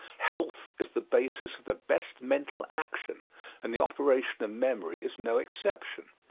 health is the basis of the best mental action and the operation of memory is no exception.